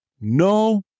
No